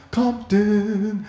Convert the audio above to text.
Compton